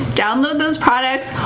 download those products,